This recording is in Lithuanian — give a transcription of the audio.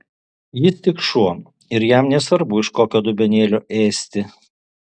jis tik šuo ir jam nesvarbu iš kokio dubenėlio ėsti